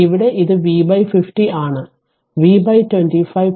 ഇവിടെ ഇത് V 50 ആണ്